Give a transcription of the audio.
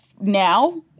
now